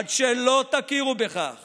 עד שלא תכירו בכך